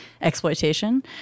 exploitation